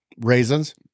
Raisins